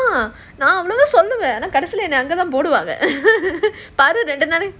நான் ஒண்ணுமே சொல்லல கடைசில என்ன அங்கதான் போடுவாங்க பாரேன்:naan onnumae sollala kadaisila enna angathaan poduvaanga paaren